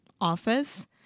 office